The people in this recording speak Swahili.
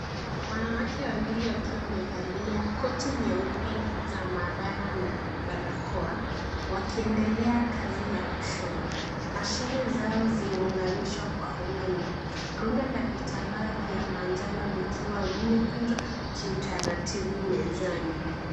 Wanawake wawili wakiwa wamevalia koti nyeupe za mahabara na barakoa wakiendelea kazi ya kushona, mashine zao zimeunganishwa kwa umeme, rundo la vitambaa vya manjano vikiwa vimekunjwa kwa utaratibu mezani.